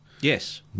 Yes